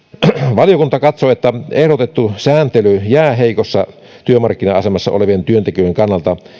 valiokunta katsoo että ehdotettu sääntely jää heikossa työmarkkina asemassa olevien työntekijöiden kannalta